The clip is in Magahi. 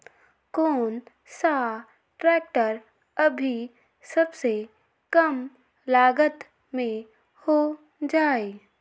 कौन सा ट्रैक्टर अभी सबसे कम लागत में हो जाइ?